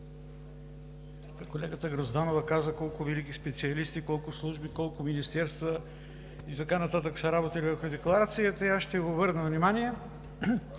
Колегата Грозданова каза колко велики специалисти, колко служби, колко министерства и така нататък са работили върху Декларацията. Аз ще Ви обърна внимание